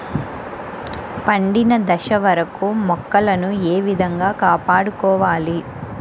పండిన దశ వరకు మొక్కలను ఏ విధంగా కాపాడుకోవాలి?